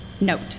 Note